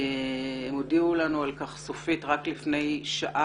הם הודיעו לנו על כך סופית רק לפני שעה.